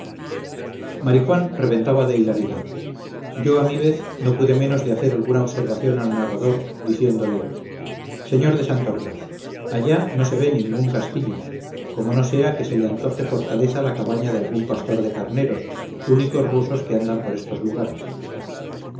marijuán reventaba de hilaridad yo a mi vez no pude menos de hacer alguna observación al narrador diciéndole señor de santorcaz allá no se ve ningún castillo como no sea que se le antoje fortaleza la cabaña de algún pastor de carneros únicos rusos que andan por estos lugares